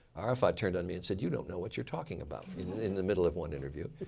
arafat turned on me and said, you don't know what you're talking about, in the middle of one interview.